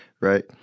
right